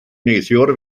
neithiwr